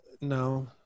No